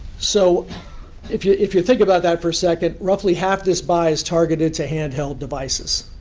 so if you if you think about that for a second, roughly half this buy is targeted to handheld devices,